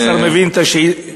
אתה מבין את השאלה,